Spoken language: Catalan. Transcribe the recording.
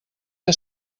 que